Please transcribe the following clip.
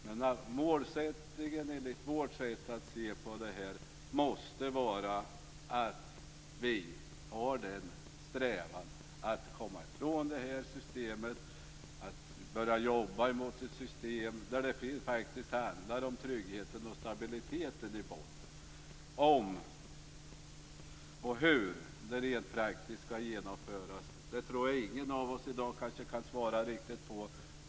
Men målsättningen enligt vårt sätt att se måste vara att sträva efter att komma i från det här systemet och att jobba mot ett system som i botten faktiskt handlar om trygghet och stabilitet. Om och hur det rent praktiskt skall genomföras tror jag ingen av oss i dag riktigt kan svara på.